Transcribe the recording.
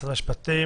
משרד המשפטים,